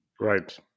Right